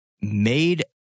made